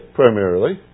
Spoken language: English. primarily